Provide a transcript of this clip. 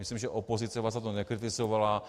Myslím, že opozice vás za to nekritizovala.